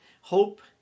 Hope